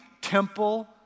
temple